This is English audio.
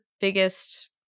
biggest